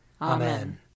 Amen